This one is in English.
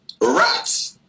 rats